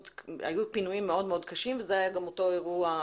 היו פינויים מאוד מאוד קשים וזה היה גם אותו אירוע,